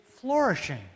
flourishing